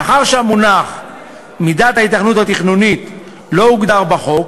מאחר שהמונח "מידת ההיתכנות התכנונית" לא הוגדר בחוק,